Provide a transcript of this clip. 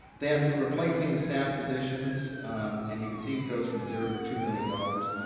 then replacing the staff positions and you can see it goes from zero to two million dollars,